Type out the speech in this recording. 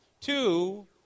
two